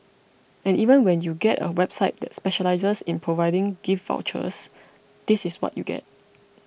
and even when you get a website that specialises in providing gift vouchers this is what you get